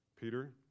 Peter